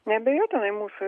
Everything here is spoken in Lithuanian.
neabejotinai mūsų